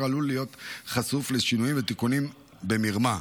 עלול להיות חשוף לשינויים ותיקונים במרמה,